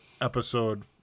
episode